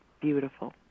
beautiful